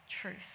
truth